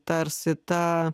tarsi tą